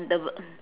the